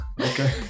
Okay